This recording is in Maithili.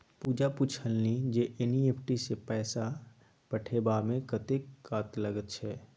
पूजा पूछलनि जे एन.ई.एफ.टी सँ पैसा पठेबामे कतेक काल लगैत छै